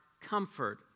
comfort